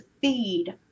feed